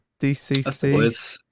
DCC